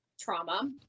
trauma